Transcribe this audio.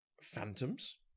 phantoms